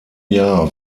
jahr